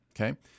okay